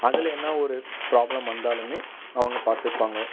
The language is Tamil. அதில் என்ன ஒரு ப்ராப்ளம் வந்தாலுமே அவங்க பார்த்துப்பாங்க